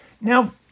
Now